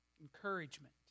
encouragement